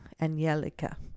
Angelica